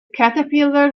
caterpillar